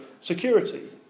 security